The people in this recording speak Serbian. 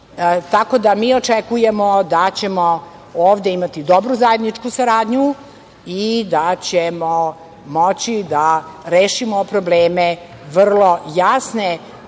Tako da, mi očekujemo da ćemo ovde imati dobru zajedničku saradnju i da ćemo moći da rešimo probleme, vrlo jasne